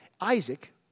Isaac